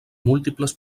múltiples